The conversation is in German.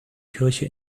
kirche